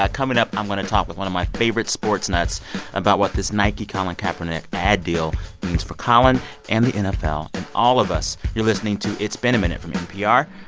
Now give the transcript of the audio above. ah coming up, i'm going to talk with one of my favorite sports nuts about what this nike-colin kaepernick bad deal means for colin and the nfl and all of us you're listening to it's been a minute from npr.